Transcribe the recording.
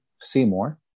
Seymour